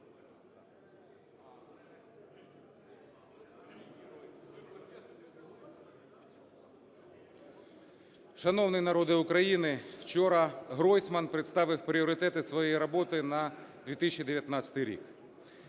Шановний народе України, вчора Гройсман представив пріоритети своєї роботи на 2019 рік.